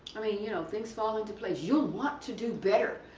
you know, things fall into place, you'll want to do better.